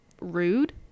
rude